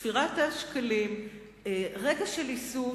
ספירת השקלים, רגע של היסוס,